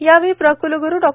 यावेळी प्र क्लग्रू डॉ